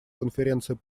конференцией